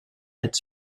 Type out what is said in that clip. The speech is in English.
its